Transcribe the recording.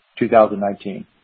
2019